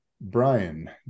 Brian